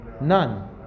None